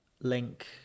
link